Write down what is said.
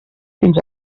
fins